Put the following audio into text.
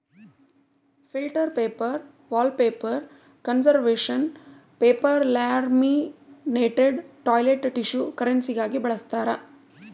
filter paper wallpaper conservation paper laminated toilet tissue ಕರೆನ್ಸಿಗಾಗಿ ಬಳಸ್ತಾರ